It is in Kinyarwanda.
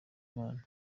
imana